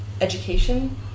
education